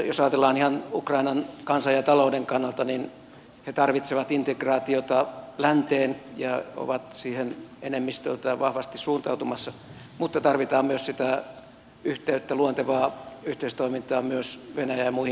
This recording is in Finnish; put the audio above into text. jos ajatellaan ihan ukrainan kansan ja talouden kannalta niin he tarvitsevat integraatiota länteen ja ovat siihen enemmistöltään vahvasti suuntautumassa mutta tarvitaan myös sitä yhteyttä luontevaa yhteistoimintaa myös venäjään ja muihin naapurimaihin